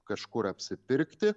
kažkur apsipirkti